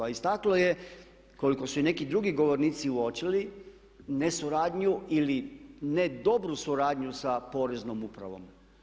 A istaklo je koliko su i neki drugi govornici uočili ne suradnju ili ne dobru suradnju sa Poreznom upravom.